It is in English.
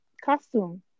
costume